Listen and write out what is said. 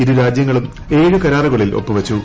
ഇരു രാജൃങ്ങളും ഏഴ് കരാറുകളിൽ ഒപ്പൂവച്ചു